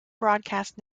broadcast